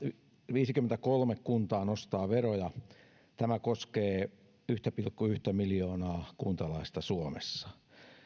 viisikymmentäkolme kuntaa nostaa veroja tämä koskee yksi pilkku yksi miljoonaa kuntalaista suomessa